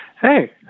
Hey